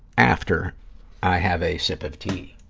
after i have a sip of tea.